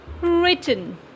written